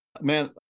man